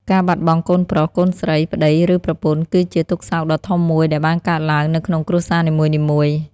ការបាត់បង់កូនប្រុស កូនស្រី ប្តី ឬប្រពន្ធគឺជាទុក្ខសោកដ៏ធំមួយដែលបានកើតឡើងនៅក្នុងគ្រួសារនីមួយៗ។